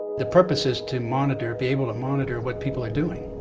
the purpose is to monitor, be able to monitor, what people are doing.